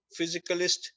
physicalist